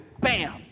bam